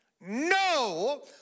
no